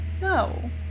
no